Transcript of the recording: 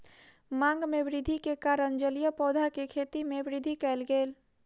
मांग में वृद्धि के कारण जलीय पौधा के खेती में वृद्धि कयल गेल